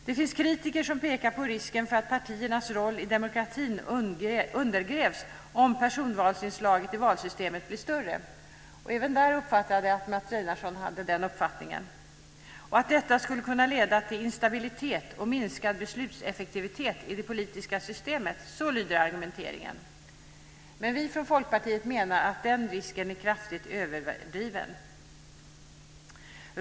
Det finns kritiker som pekar på risken att partiernas roll i demokratin undergrävs om personvalsinslaget i valsystemet blir större - även där uppfattade jag att Mats Einarsson hade den uppfattningen - och att detta skulle kunna leda till instabilitet och minskad beslutseffektivitet i det politiska systemet. Så lyder argumenteringen. Vi från Folkpartiet menar att den risken är kraftigt överdriven.